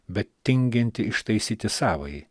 bet tinginti ištaisyti savąjį